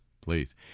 Please